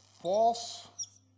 False